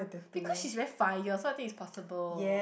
because she's very fire so I think it's possible